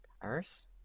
Paris